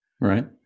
right